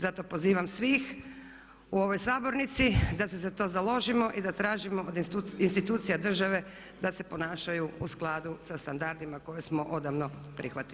Zato pozivam svih u ovoj sabornici da se za to založimo i da tražimo od institucija države da se ponašaju u skladu sa standardima koje smo odavno prihvatili.